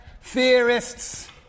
theorists